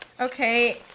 Okay